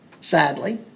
Sadly